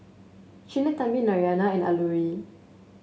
Sinnathamby Narayana and Alluri